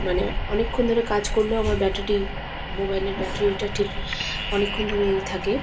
মানে অনেকক্ষণ ধরে কাজ করলেও আমার ব্যাটারি মোবাইলের ব্যাটারিটা ঠিক অনেকক্ষণ ধরেই থাকে